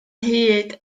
hyd